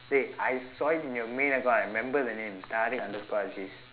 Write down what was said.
eh I saw it in your main account I remember the name tarik underscore aziz